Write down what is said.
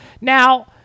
Now